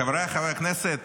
חבריי חבר הכנסת,